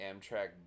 Amtrak